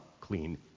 clean